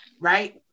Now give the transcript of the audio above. right